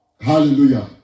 Hallelujah